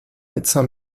médecin